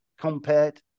compared